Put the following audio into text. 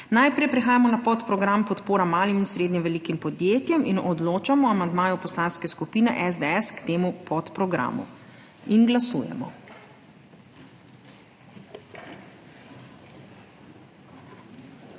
Najprej prehajamo na podprogram Podpora malim in srednje velikim podjetjem in odločamo o amandmaju Poslanske skupine SDS k temu podprogramu. Glasujemo.